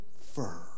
firm